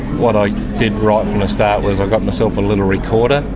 what i did right from the start was i got myself a little recorder.